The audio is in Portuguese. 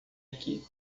aqui